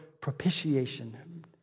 propitiation